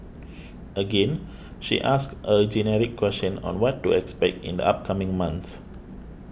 again she asks a generic question on what to expect in the upcoming month